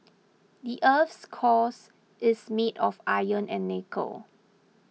the earth's cores is made of iron and nickel